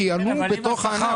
שינועו בתוך הענף.